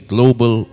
Global